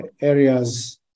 areas